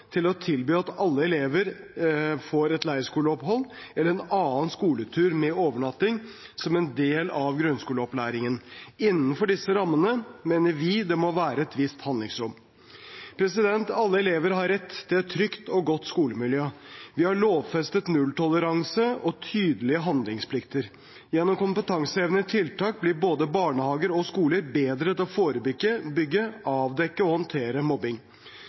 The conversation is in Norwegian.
til å tilby alle elever et leirskoleopphold eller en annen skoletur med overnatting som en del av grunnskoleopplæringen. Innenfor disse rammene mener vi det må være et visst handlingsrom. Alle elever har rett til et trygt og godt skolemiljø. Vi har lovfestet nulltoleranse og tydelige handlingsplikter. Gjennom kompetansehevende tiltak blir både barnehager og skoler bedre til å forebygge, avdekke og håndtere mobbing.